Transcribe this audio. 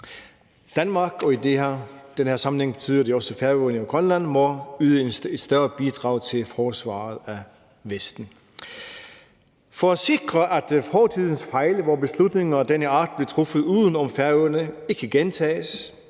Danmark, og i den her sammenhæng betyder det også Færøerne og Grønland, må yde et større bidrag til forsvaret af Vesten. For at sikre, at fortidens fejl, hvor beslutninger af denne art blev truffet uden om Færøerne, ikke gentages,